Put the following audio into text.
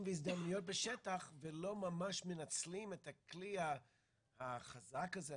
והזדמנויות בשטח ולא ממש מנצלים את הכלי החזק הזה,